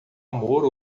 amor